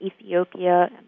Ethiopia